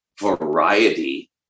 variety